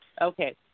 Okay